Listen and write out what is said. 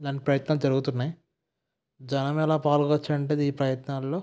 లాంటి ప్రయత్నాలు జరుగుతున్నాయి జనం ఎలా పాల్గొనవచ్చు ఈ ప్రయత్నాలలో